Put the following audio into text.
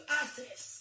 access